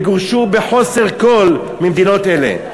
והם גורשו בחוסר כול ממדינות אלה.